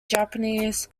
japanese